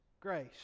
grace